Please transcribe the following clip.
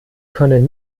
können